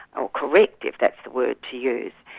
or correct, if that's the word to use.